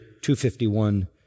251